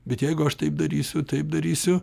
bet jeigu aš taip darysiu taip darysiu